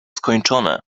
skończone